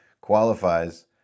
qualifies